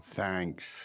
Thanks